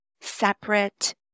separate